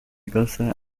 causa